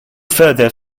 further